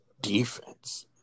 defense